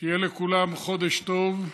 שיהיה לכולם חודש טוב.